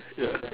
ya